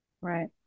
Right